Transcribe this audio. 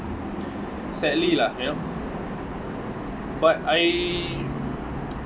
sadly lah you know but I